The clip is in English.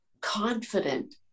confident